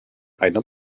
eine